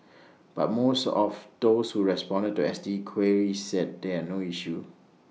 but most of those who responded to S T queries said they had no issue